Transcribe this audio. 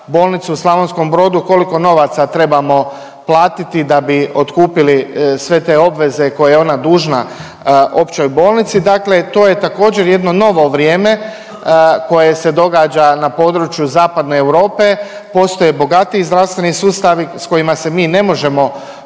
bolnicu u Slavonskom Brodu koliko novaca trebamo platiti da bi otkupili sve te obveze koje je ona dužna općoj bolnici. Dakle, to je također jedno novo vrijeme koje se događa na području zapadne Europe. Postoje bogatiji zdravstveni sustavi s kojima se mi ne možemo komparirati,